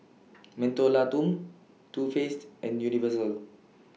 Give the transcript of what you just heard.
Mentholatum Too Faced and Universal